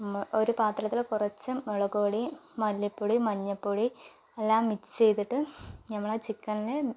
ഒരു പാത്രത്തിൽ കുറച്ച് മുളക് പൊടിയും മല്ലിപ്പൊടി മഞ്ഞൾപ്പൊടി എല്ലാം മിക്സ് ചെയ്തിട്ട് നമ്മൾ ആ ചിക്കനിൽ